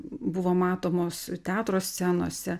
buvo matomos teatro scenose